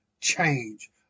change